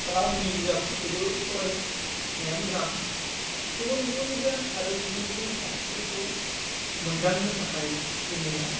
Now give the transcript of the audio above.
रावनि बिजाबफोरखौबो फरायनाया मोजां गुबुन गुबुन गियान आरो गुबुन गुबुन सानस्रिफोरखौ मोनदांनो थाखाय जोङो